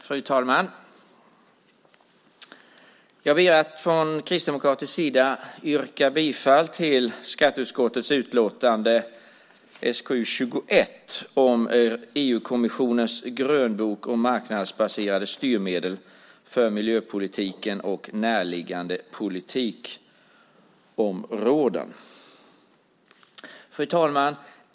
Fru talman! Jag ber att från Kristdemokraternas sida få yrka bifall till skatteutskottets utlåtande i betänkande SkU21 om EU-kommissionens grönbok om marknadsbaserade styrmedel för miljöpolitiken och närliggande politikområden. Fru talman!